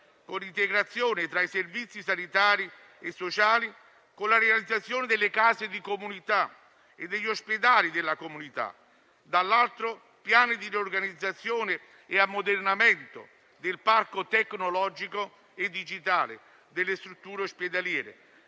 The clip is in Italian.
(con integrazione tra i servizi sanitari e sociali e la realizzazione delle case e degli ospedali di comunità) e, dall'altro, piani di riorganizzazione e ammodernamento del parco tecnologico e digitale ospedaliero